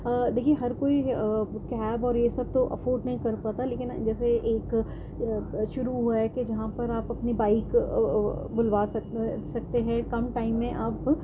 دیکھیے ہر کوئی کیب اور یہ سب تو افورڈ نہیں کر پاتا لیکن جیسے ایک شروع ہوا ہے کہ جہاں پر آپ اپنی بائک بلوا سکتے ہیں کم ٹائم میں آپ